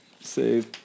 save